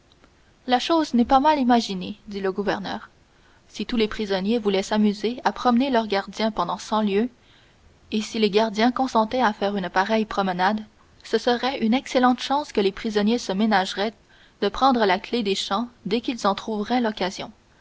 la chose n'est pas mal imaginée dit le gouverneur si tous les prisonniers voulaient s'amuser à promener leurs gardiens pendant cent lieues et si les gardiens consentaient à faire une pareille promenade ce serait une excellente chance que les prisonniers se ménageraient de prendre la clef des champs dès qu'ils en trouveraient l'occasion